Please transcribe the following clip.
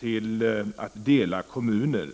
till att dela kommuner.